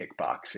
kickboxing